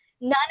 none